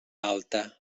alta